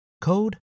code